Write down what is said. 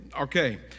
Okay